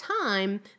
time